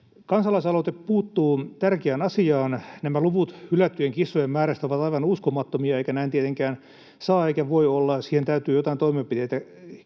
Kansalaisaloite puuttuu tärkeään asiaan. Nämä luvut hylättyjen kissojen määrästä ovat aivan uskomattomia, eikä näin tietenkään saa eikä voi olla, siihen täytyy joitain toimenpiteitä kehittää.